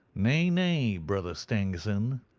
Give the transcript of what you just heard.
nay, nay, brother stangerson,